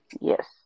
yes